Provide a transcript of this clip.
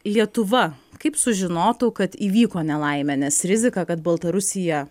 lietuva kaip sužinotų kad įvyko nelaimė nes rizika kad baltarusija